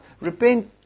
Repent